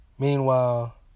Meanwhile